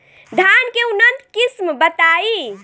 धान के उन्नत किस्म बताई?